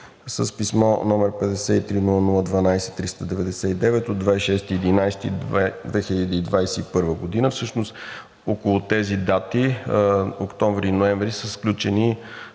С писмо, № 53-00-12-399 от 26.11.2021 г. – всъщност около тези дати октомври и ноември са сключени